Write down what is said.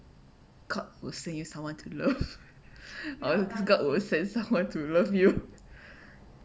god will send you someone to love after 这个 will send someone to love you